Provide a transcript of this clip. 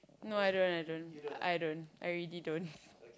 no I don't I don't I don't I really don't